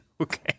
Okay